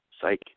psych